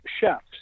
chefs